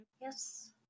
Yes